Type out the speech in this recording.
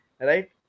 right